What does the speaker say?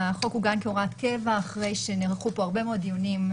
החוק עוגן כהוראת קבע אחרי שנערכו פה הרבה מאוד דיונים,